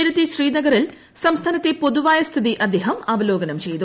നേരത്തെ ശ്രീനഗറിൽ സംസ്ഥാനത്തെ പൊതുവായ സ്ഥിതി അദ്ദേഹം അവലോകനം ചെയ്തു